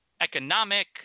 economic